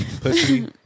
pussy